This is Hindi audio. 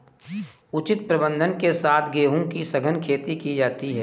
उचित प्रबंधन के साथ गेहूं की सघन खेती की जाती है